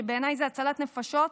שבעיניי הוא הצלת נפשות,